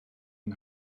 yng